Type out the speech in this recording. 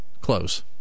Close